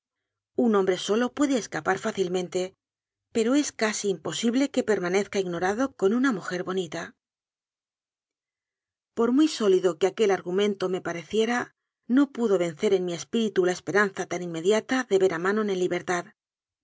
un hombre solo puede escapar fácil mente pero es casi imposible que permanezca ig norado con una mujer bonita por muy sólido que aquel argumento me pare ciera no pudo vencer en mi espíritu a la esperan za tan inmediata de ver a manon en libertad